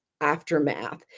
aftermath